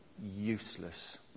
useless